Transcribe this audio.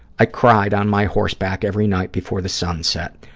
i cried on my horseback every night before the sun set,